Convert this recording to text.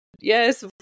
yes